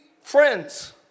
friends